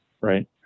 Right